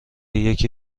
یکی